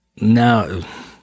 now